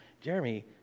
Jeremy